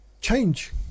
change